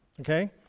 Okay